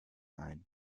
ein